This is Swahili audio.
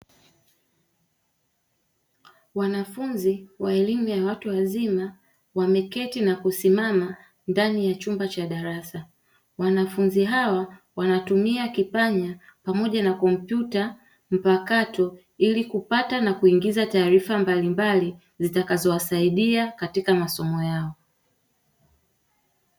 Wanafunzi wa elimu ya watu wazima wameketi na kusimama ndani ya chumba cha darasa. Wanafunzi hawa wanatumia kipanya pamoja na kompyuta mpakato ili kupata na kuingiza taarifa mbalimbali zitakazowasaidia katika masomo yao katika masomo yao.